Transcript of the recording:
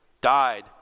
Died